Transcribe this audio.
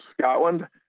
Scotland